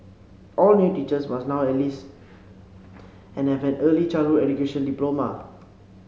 all new teachers must now have least and have a an early childhood education diploma